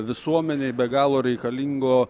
visuomenei be galo reikalingo